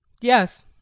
Yes